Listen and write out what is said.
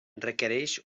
requereix